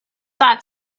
that